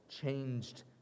changed